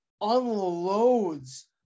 unloads